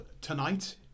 tonight